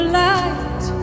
light